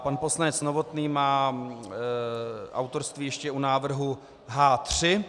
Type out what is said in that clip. Pan poslanec Novotný má autorství ještě u návrhu H3.